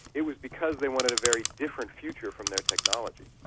it was because they wanted a very different future from their technology.